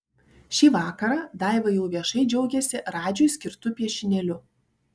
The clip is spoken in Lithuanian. šį vakarą daiva jau viešai džiaugiasi radžiui skirtu piešinėliu